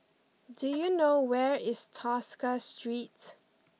do you know where is Tosca Street